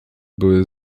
były